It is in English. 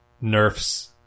nerfs